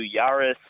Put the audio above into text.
Yaris